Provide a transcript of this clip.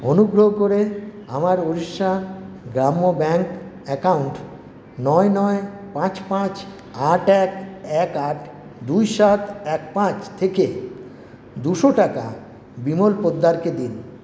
অনুগ্রহ করে আমার উড়িষ্যা গ্রাম্য ব্যাঙ্ক অ্যাকাউন্ট নয় নয় পাঁচ পাঁচ আট এক এক আট দুই সাত এক পাঁচ থেকে দুশো টাকা বিমল পোদ্দারকে দিন